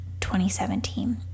2017